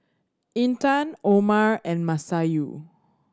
Intan Omar and Masayu